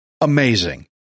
amazing